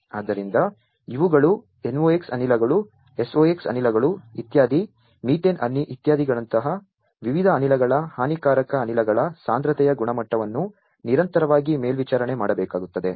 ಆದ್ದರಿಂದ ಇವುಗಳು NOx ಅನಿಲಗಳು SOx ಅನಿಲಗಳು ಇತ್ಯಾದಿ ಮೀಥೇನ್ ಇತ್ಯಾದಿಗಳಂತಹ ವಿವಿಧ ಅನಿಲಗಳ ಹಾನಿಕಾರಕ ಅನಿಲಗಳ ಸಾಂದ್ರತೆಯ ಗುಣಮಟ್ಟವನ್ನು ನಿರಂತರವಾಗಿ ಮೇಲ್ವಿಚಾರಣೆ ಮಾಡಬೇಕಾಗುತ್ತದೆ